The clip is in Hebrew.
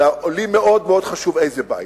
אלא לי מאוד חשוב איזה בית.